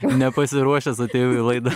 nepasiruošęs atėjau į laidą